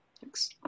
Thanks